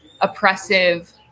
oppressive